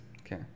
Okay